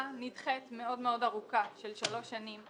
נדחית מאוד-מאוד ארוכה של שלוש שנים,